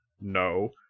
No